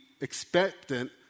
expectant